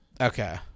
Okay